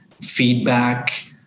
feedback